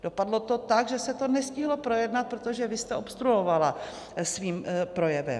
Dopadlo to tak, že se to nestihlo projednat, protože vy jste obstruovala svým projevem.